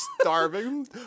starving